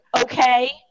okay